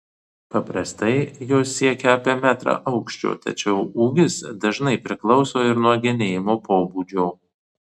paprastai jos siekia apie metrą aukščio tačiau ūgis dažnai priklauso ir nuo genėjimo pobūdžio